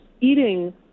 eating